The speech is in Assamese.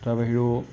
তাৰ বাহিৰেও